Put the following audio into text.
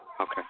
Okay